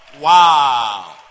Wow